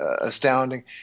astounding